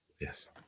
Yes